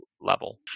Level